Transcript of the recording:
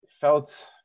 felt